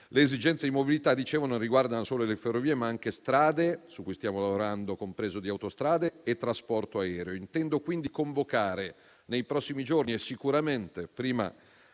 le esigenze di mobilità non riguardano solo le ferrovie, ma anche le strade (su cui stiamo lavorando), comprese le autostrade, e il trasporto aereo. Intendo quindi convocare nei prossimi giorni (e sicuramente prima